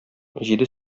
җиде